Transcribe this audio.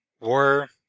war